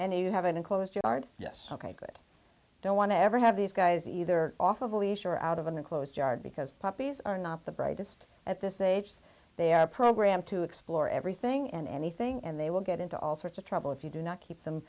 and you have an enclosed yard yes that i don't want to ever have these guys either off of a leash or out of an enclosed yard because puppies are not the brightest at this age so they are programmed to explore everything and anything and they will get into all sorts of trouble if you do not keep them